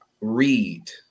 Read